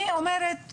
אני אומרת,